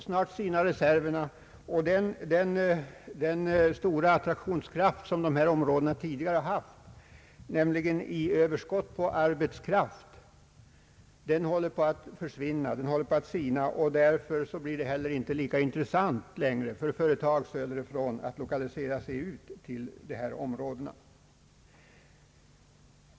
Snart sinar reserverna, och den stora attraktionskraft som dessa områden tidigare har haft med gott om arbetskraft håller på att försvinna. Därför är det inte heller lika intressant för företag söderifrån att lokalisera sig ut till dessa norrländska områden.